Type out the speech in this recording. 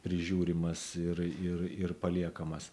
prižiūrimas ir ir ir paliekamas